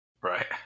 right